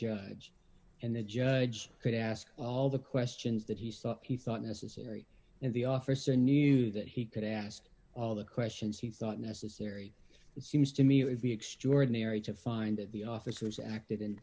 judge and the judge could ask all the questions that he saw he thought necessary and the officer knew that he could ask all the questions he thought necessary it seems to me it would be extraordinary to find that the officers acted in